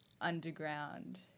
underground